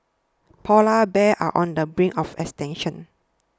Polar Bears are on the brink of extinction